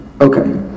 Okay